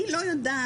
אני לא יודעת,